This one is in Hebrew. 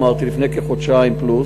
אמרתי לפני כחודשיים פלוס,